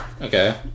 Okay